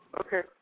Okay